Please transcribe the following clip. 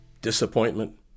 disappointment